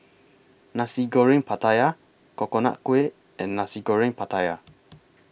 Nasi Goreng Pattaya Coconut Kuih and Nasi Goreng Pattaya